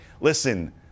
listen